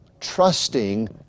trusting